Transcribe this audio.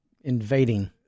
Invading